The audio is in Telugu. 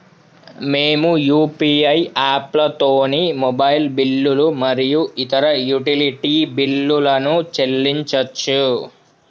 మేము యూ.పీ.ఐ యాప్లతోని మొబైల్ బిల్లులు మరియు ఇతర యుటిలిటీ బిల్లులను చెల్లించచ్చు